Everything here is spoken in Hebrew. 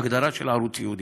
ההגדרה של הערוץ: ייעודי.